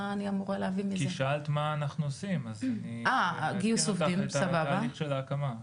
שאלת מה אנחנו עושים, זה חלק מהתהליך של ההקמה.